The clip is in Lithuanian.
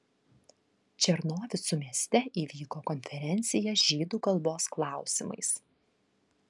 černovicų mieste įvyko konferencija žydų kalbos klausimais